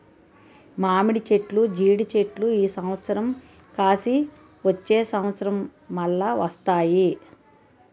మామిడి చెట్లు జీడి చెట్లు ఈ సంవత్సరం కాసి వచ్చే సంవత్సరం మల్ల వస్తాయి